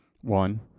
One